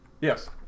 Yes